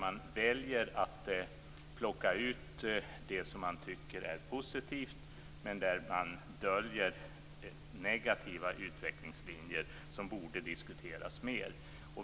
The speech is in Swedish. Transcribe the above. Man väljer att plocka ut det som man tycker är positivt, men man döljer negativa utvecklingslinjer, som borde diskuteras mer.